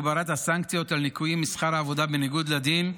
הגברת הסנקציות על ניכויים משכר העבודה בניגוד לדין),